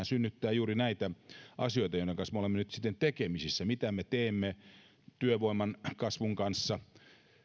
synnyttää juuri näitä asioita joiden kanssa me olemme nyt sitten tekemisissä mitä me teemme työvoiman kasvun kanssa